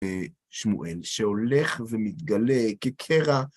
שמואל שהולך ומתגלה כקרע.